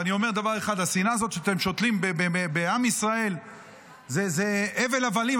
ואני אומר דבר אחד: השנאה הזאת שאתם שותלים בעם ישראל זה הבל הבלים.